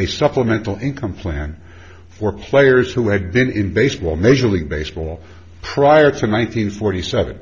a supplemental income plan for players who had been in baseball major league baseball prior to one nine hundred forty seven